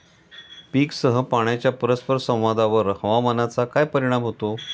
पीकसह पाण्याच्या परस्पर संवादावर हवामानाचा काय परिणाम होतो?